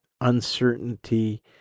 uncertainty